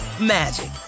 magic